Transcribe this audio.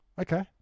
Okay